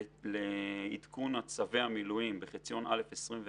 לעדכון צווי המילואים בחציון א' 2021,